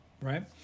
Right